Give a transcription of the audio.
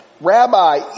Rabbi